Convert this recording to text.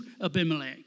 Abimelech